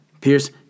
Pierce